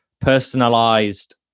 personalized